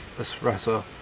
espresso